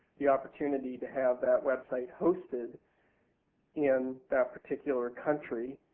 the opportunity to have that website hosted in that particular country